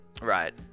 Right